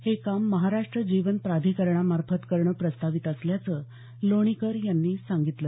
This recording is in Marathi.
हे काम महाराष्ट्र जीवन प्राधिकरणामार्फत करणं प्रस्तावित असल्याचं लोणीकर यांनी सांगितलं